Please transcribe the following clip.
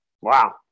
Wow